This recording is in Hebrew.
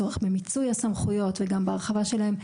הצורך במיצוי הסמכויות וגם בהרחבה שלהן,